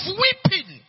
weeping